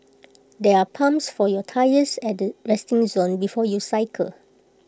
there are pumps for your tyres at the resting zone before you cycle